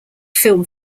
film